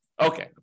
Okay